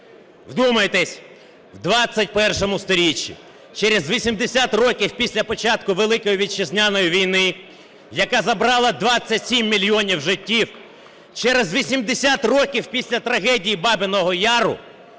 Вдумайтесь, в ХХІ сторіччі, через 80 років після початку Великої Вітчизняної війни, яка забрала 27 мільйонів життів, через 80 років після трагедії Бабиного Яру